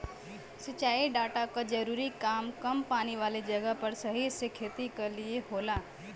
सिंचाई डाटा क जरूरी काम कम पानी वाले जगह पर सही से खेती क लिए होला